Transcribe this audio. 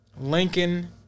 Lincoln